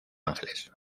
ángeles